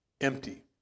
Empty